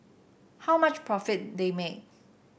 how much profit they make